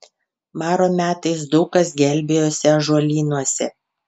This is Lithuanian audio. maro metais daug kas gelbėjosi ąžuolynuose